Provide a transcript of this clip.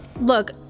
Look